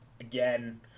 again